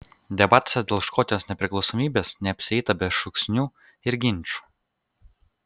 debatuose dėl škotijos nepriklausomybės neapsieita be šūksnių ir ginčų